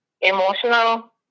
emotional